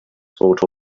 tote